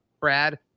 brad